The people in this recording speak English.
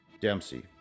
Dempsey